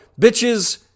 bitches